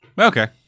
Okay